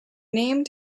named